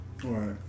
Right